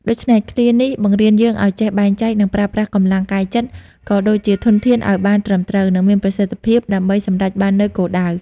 ដូច្នេះ ឃ្លានេះបង្រៀនយើងឱ្យចេះបែងចែក និងប្រើប្រាស់កម្លាំងកាយចិត្ត ក៏ដូចជាធនធានឱ្យបានត្រឹមត្រូវ និងមានប្រសិទ្ធភាព ដើម្បីសម្រេចបាននូវគោលដៅ។